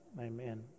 amen